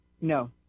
No